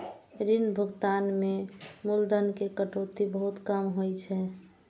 ऋण भुगतान मे मूलधन के कटौती बहुत कम होइ छै